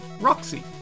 Roxy